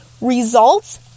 results